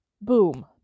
Boom